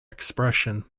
expression